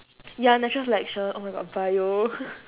ya natural selection oh my god bio